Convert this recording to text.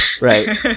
right